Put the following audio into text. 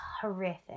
horrific